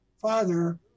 father